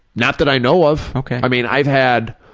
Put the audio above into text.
not that i know of. ok. i mean, i've had,